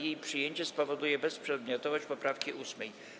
Jej przyjęcie spowoduje bezprzedmiotowość poprawki 8.